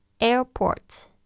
Airport